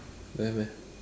don't have meh